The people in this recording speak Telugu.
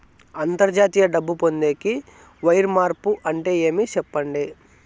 అంతర్జాతీయ డబ్బు పొందేకి, వైర్ మార్పు అంటే ఏమి? సెప్పండి?